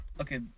Okay